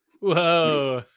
whoa